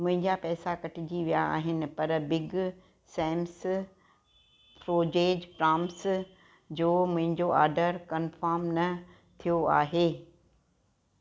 मुंहिंजा पैसा कटिजी विया आहिनि पर बिग सेम्स फ्रोजेज प्राम्स जो मुंहिंजो आडर कन्फर्म न थियो आहे